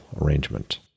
arrangement